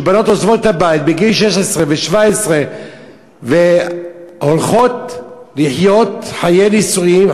שבנות עוזבות את הבית בגיל 16 ו-17 והולכות לחיות חיי נישואין,